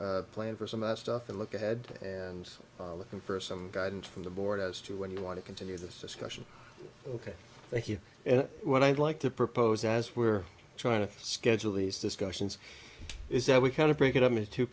to plan for some of that stuff and look ahead and looking for some guidance from the board as to when you want to continue this discussion ok thank you and what i'd like to propose as we're trying to schedule lease discussions is that we kind of break it up